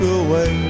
away